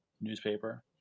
newspaper